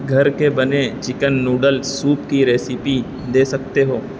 گھر کے بنے چکن نوڈل سوپ کی ریسیپی دے سکتے ہو